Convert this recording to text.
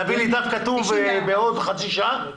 אתה יכול להביא לי דף כתוב בעוד חצי שעה?